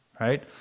right